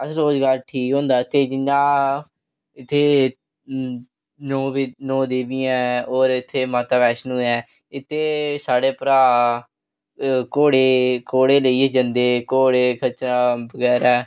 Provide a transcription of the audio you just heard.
हर रोजगार ठीक होंदा ते जियां इत्थै नौ देवियां ऐ और इत्थै माता वैष्णो ऐ इत्थै साढ़े भ्राऽ घोड़े घोड़े लेइये जंदे घोड़े खच्चरां बगैरा